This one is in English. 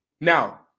Now